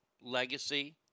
legacy